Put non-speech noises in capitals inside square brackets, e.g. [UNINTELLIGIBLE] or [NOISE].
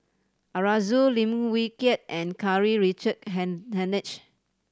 Arasu Lim Wee Kiak and Karl Richard [UNINTELLIGIBLE] Hanitsch